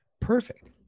Perfect